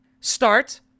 Start